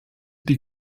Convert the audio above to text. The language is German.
die